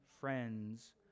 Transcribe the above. friends